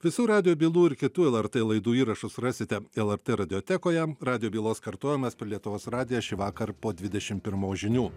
visų radijo bylų ir kitų lrt laidų įrašus rasite lrt radiotekoje radijo bylos kartojimas per lietuvos radiją šįvakar po dvidešim pirmos žinių